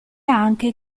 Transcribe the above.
anche